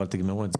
אבל תגמרו את זה.